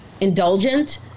indulgent